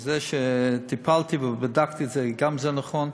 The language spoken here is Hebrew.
זה שטיפלתי ובדקתי את זה, גם זה נכון.